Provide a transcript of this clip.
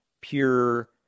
pure